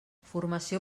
formació